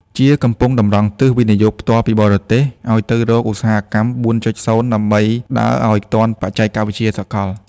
ជាកំពុងតម្រង់ទិស វិនិយោគផ្ទាល់ពីបរទេស ឱ្យទៅរក "ឧស្សាហកម្ម ៤.០" ដើម្បីដើរឱ្យទាន់បច្ចេកវិទ្យាសកល។